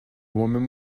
woman